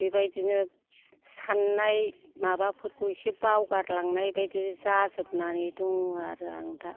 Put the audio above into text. बेबायदिनो साननाय माबाफोरखौ एसे बावगारलांनाय बायदि जाजोबनानै दङ आरो आं दा